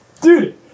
Dude